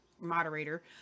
moderator